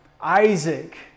Isaac